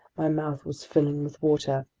my mouth was filling with water.